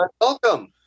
welcome